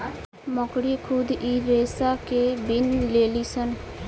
मकड़ी खुद इ रेसा के बिन लेलीसन